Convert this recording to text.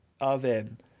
oven